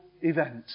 event